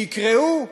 שיקראו